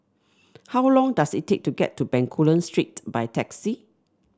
how long does it take to get to Bencoolen Street by taxi